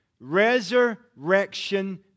resurrection